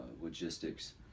logistics